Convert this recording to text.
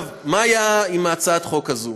מה היה עם הצעת החוק הזו?